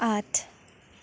आठ